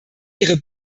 ihre